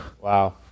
Wow